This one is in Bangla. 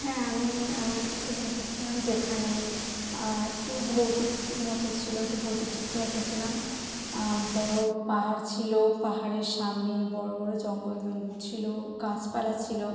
হ্যাঁ আমি এমন একটা ছবি এঁকেছিলাম যেখানে একটু ভৌতিক মতো ছিল একটু ভৌতিক চিত্র এঁকেছিলাম বড় পাহাড় ছিল পাহাড়ের সামনে বড় বড় জঙ্গল ছিল গাছপালা ছিল